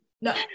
No